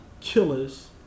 killers